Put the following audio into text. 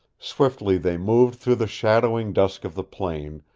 swiftly they moved through the shadowing dusk of the plain,